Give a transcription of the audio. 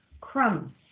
crumbs